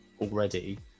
already